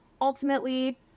Ultimately